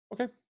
Okay